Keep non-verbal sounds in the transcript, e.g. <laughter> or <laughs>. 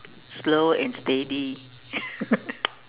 slow and steady <laughs>